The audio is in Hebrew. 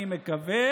אני מקווה